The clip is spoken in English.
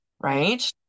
right